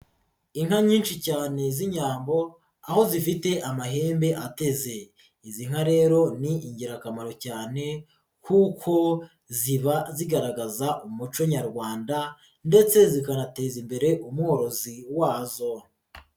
Inka nyinshi cyane z'Inyambo aho zifite amahembe ateze, izi nka rero ni ingirakamaro cyane kuko ziba zigaragaza umuco nyarwanda ndetse zikanateza imbere umworozi wazo.